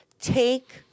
take